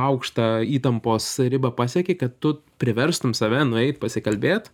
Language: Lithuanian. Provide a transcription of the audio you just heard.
aukštą įtampos ribą pasieki kad tu priverstum save nueit pasikalbėt